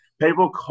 people